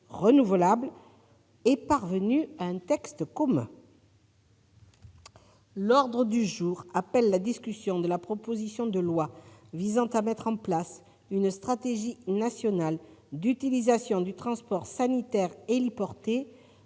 renouvelables est parvenue à un texte commun. L'ordre du jour appelle la discussion, à la demande du groupe du RDSE, de la proposition de loi visant à mettre en place une stratégie nationale d'utilisation du transport sanitaire héliporté